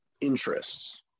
interests